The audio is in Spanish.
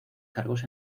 cargos